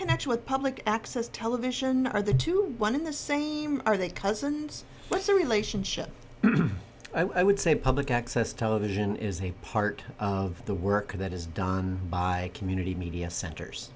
connection with public access television are the twenty one in the same are they cousins what's the relationship i would say public access television is a part of the work that is done by community media centers